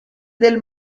del